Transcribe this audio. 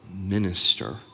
minister